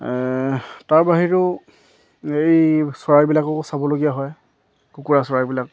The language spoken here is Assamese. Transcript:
তাৰ বাহিৰেও এই চৰাইবিলাককো চাবলগীয়া হয় কুকুৰা চৰাইবিলাক